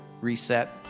reset